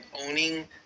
owning